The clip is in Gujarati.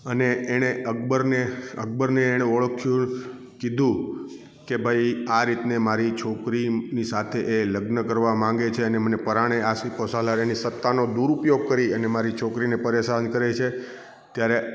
અને એણે અકબરને અકબરને એણે ઓળખ્યું કીધું કે ભાઈ આ રીતને મારી છોકરીની સાથે એ લગ્ન કરવા માંગે છે અને મને પરાણે આ સિપો સાલારે સત્તાનો દૂરઉપયોગ કરી અને મારી છોકરીને પરેશાન કરે છે ત્યારે